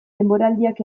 denboraldiak